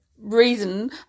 reason